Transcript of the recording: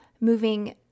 moving